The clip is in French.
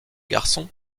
garçons